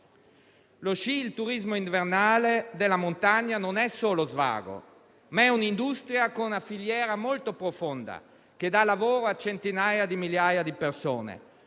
Lo sci e il turismo invernale della montagna non sono solo svago, ma un'industria con una filiera molto profonda che dà lavoro a centinaia di migliaia di persone